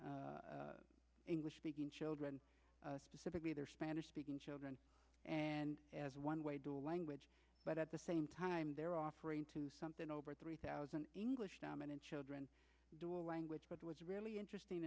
non english speaking children specifically their spanish speaking children and as one way door language but at the same time they're offering something over three thousand english dominant children door language but what's really interesting